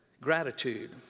Gratitude